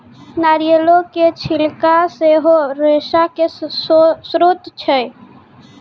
नारियलो के छिलका सेहो रेशा के स्त्रोत छै